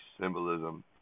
symbolism